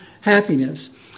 happiness